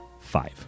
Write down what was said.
Five